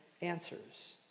answers